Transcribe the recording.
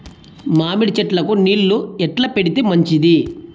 మామిడి చెట్లకు నీళ్లు ఎట్లా పెడితే మంచిది?